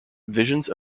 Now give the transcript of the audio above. visions